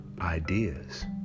ideas